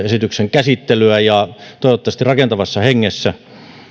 käsittelyä ja toivottavasti rakentavassa hengessä